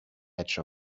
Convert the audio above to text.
edge